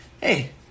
Hey